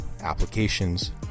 applications